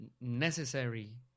necessary